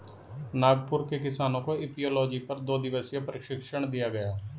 नागपुर के किसानों को एपियोलॉजी पर दो दिवसीय प्रशिक्षण दिया गया